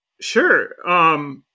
Sure